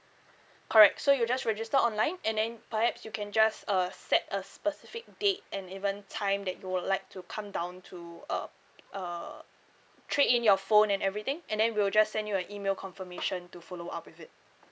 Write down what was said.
correct so you just register online and then perhaps you can just uh set a specific date and even time that you would like to come down to uh uh trade in your phone and everything and then we'll just send you an email confirmation to follow up with it